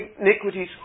iniquities